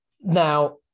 Now